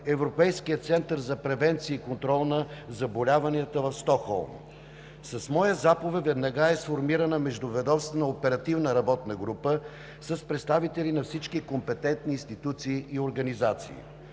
Европейския център за превенция и контрол на заболяванията в Стокхолм. С моя заповед веднага е сформирана междуведомствена оперативна работна група с представители на всички компетентни институции и организации.